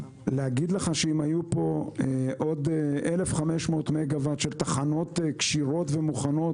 להגיד לך שאם היו פה עוד 1,500 מגוואט של תחנות כשירות ומוכנות,